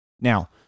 Now